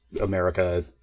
America